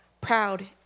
proud